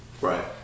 Right